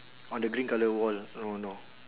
on the green colour wall no no